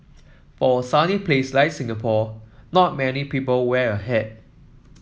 for a sunny place like Singapore not many people wear a hat